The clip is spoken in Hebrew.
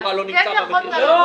ותאורה לא נמצא במחיר של שכירת האולם?